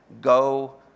go